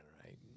right